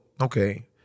okay